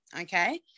okay